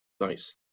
Nice